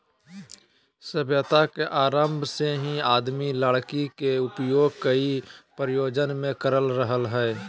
सभ्यता के आरम्भ से ही आदमी लकड़ी के उपयोग कई प्रयोजन मे कर रहल हई